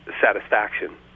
satisfaction